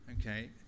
okay